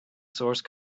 source